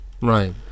Right